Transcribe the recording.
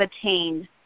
attained